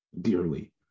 Dearly